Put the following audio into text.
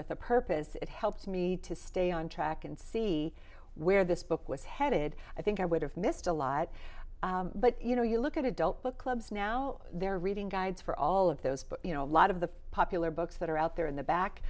with a purpose it helped me to stay on track and see where this book was headed i think i would have missed a lot but you know you look at adult book clubs now they're reading guides for all of those but you know a lot of the popular books that are out there in the back